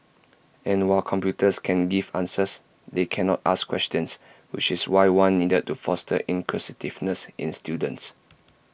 and while computers can give answers they cannot ask questions which is why one needed to foster inquisitiveness in students